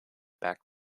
back